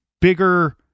bigger